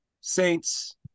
Saints